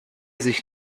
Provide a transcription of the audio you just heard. sich